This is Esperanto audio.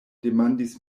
demandis